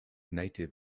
native